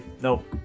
Nope